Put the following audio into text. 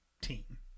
team